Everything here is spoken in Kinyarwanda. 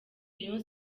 rayon